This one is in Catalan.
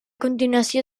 continuació